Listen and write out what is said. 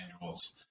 manuals